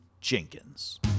Jenkins